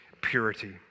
purity